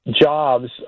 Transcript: jobs